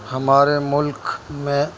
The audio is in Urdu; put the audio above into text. ہمارے ملک میں